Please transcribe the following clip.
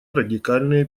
радикальные